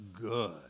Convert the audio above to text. good